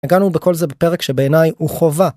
הגענו בכל זה בפרק שבעיניי הוא חובה.